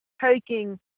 taking